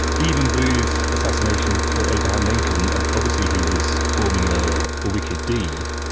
even booth's assassination of abraham lincoln, and obviously he was performing a wicked deed,